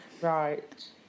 Right